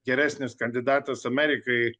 geresnis kandidatas amerikai